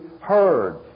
heard